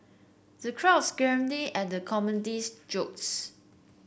the crowds at the comedian's jokes